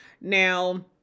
Now